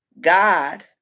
God